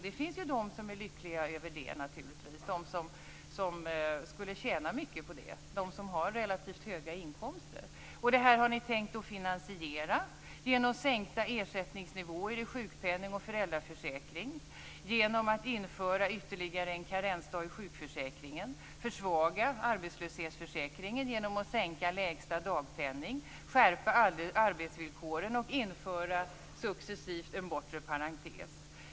Det finns naturligtvis de som är lyckliga över det; de som skulle tjäna mycket på det, alltså de som har relativt höga inkomster. Det här har ni tänkt att finansiera genom sänkta ersättningsnivåer i sjukpenning och föräldraförsäkring och genom att införa ytterligare en karensdag i sjukförsäkringen. Ni vill försvaga arbetslöshetsförsäkringen genom att sänka lägsta dagpenning, skärpa arbetsvillkoren och successivt införa en bortre parentes.